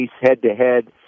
head-to-head